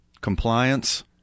Compliance